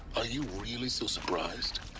are you really so surprised?